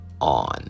on